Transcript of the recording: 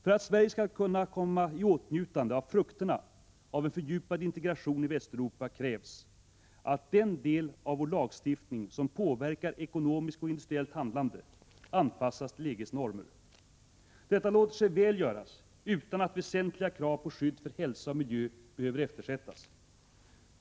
För att Sverige skall kunna komma i åtnjutande av frukterna av en fördjupad integration i Västeuropa krävs att den del av vår lagstiftning som påverkar ekonomiskt och industriellt handlande anpassas till EG:s normer. Detta låter sig väl göras utan att väsentliga krav på skydd för hälsa och miljö behöver eftersättas.